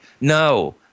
No